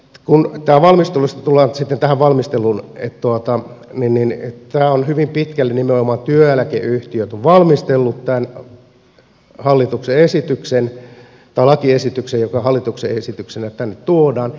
kun tullaan nyt sitten tähän valmisteluun niin hyvin pitkälle nimenomaan työeläkeyhtiöt ovat valmistelleet tämän lakiesityksen joka hallituksen esityksenä tänne tuodaan